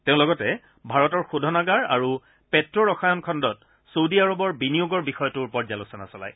তেওঁ লগতে ভাৰতৰ শোধনাগাৰ আৰু প্ট্ৰে ৰসায়ন খণ্ডত ছৌদি আৰবৰ বিনিয়োগৰ বিষয়টোৰ পৰ্যালোচনা চলায়